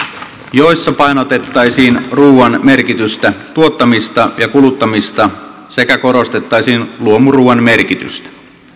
joissa painotettaisiin ruuan merkitystä tuottamista ja kuluttamista sekä korostettaisiin luomuruuan merkitystä